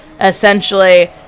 Essentially